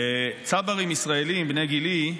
לצברים ישראלים בני גילי,